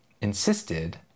insisted